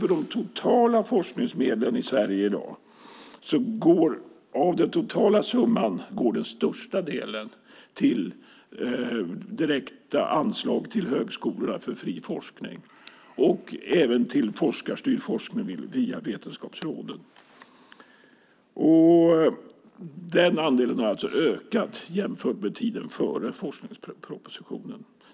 Av de totala forskningsmedlen i Sverige i dag går den största delen till direkta anslag till högskolorna för fri forskning och till forskarstyrd forskning via Vetenskapsrådet. Den andelen har alltså ökat jämfört med tiden före forskningspropositionen.